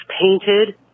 painted